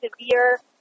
severe